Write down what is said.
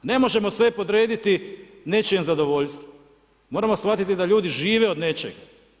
Ne možemo sve podrediti nečijem zadovoljstvu, moramo shvatiti da ljudi žive od nečeg.